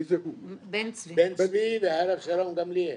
בן צבי והרב שלום גמליאל.